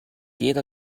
jeder